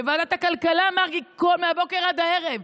בוועדת כלכלה, מרגי, מהבוקר עד הערב.